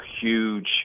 huge